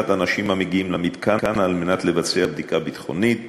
האנשים המגיעים למתקן על מנת לבצע בדיקה ביטחונית